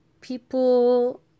people